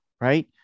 right